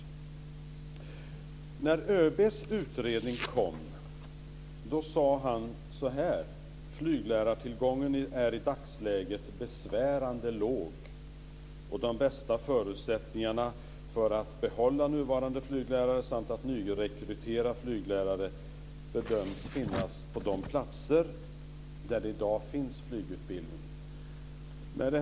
När ÖB:s utredning lades fram sade han att flyglärartillgången i dagsläget är besvärande låg. De bästa förutsättningarna för att behålla nuvarande flyglärare samt att nyrekrytera flyglärare bedöms finnas på de platser där det i dag finns flygutbildning.